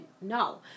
no